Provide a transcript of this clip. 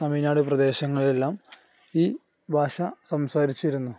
തമിഴ്നാട് പ്രദേശങ്ങളെല്ലാം ഈ ഭാഷ സംസാരിച്ചിരുന്നു